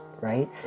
right